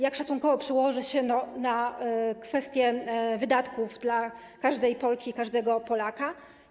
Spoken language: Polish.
Jak szacunkowo przełoży się to na kwestię wydatków każdej Polki i każdego Polaka?